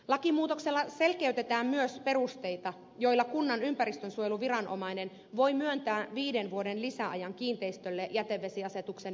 lakimuutoksella selkeytetään myös perusteita joilla kunnan ympäristönsuojeluviranomainen voi myöntää viiden vuoden lisäajan kiinteistölle jätevesiasetuksen velvoitteista